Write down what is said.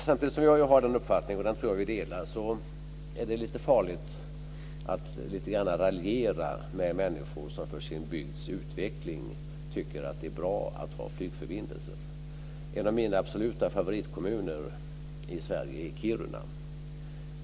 Samtidigt som jag har denna uppfattning, som jag tror vi delar, är det lite farligt att lite grann raljera med människor som för sin bygds utveckling tycker att det är bra att ha flygförbindelser. En av mina absoluta favoritkommuner i Sverige är Kiruna.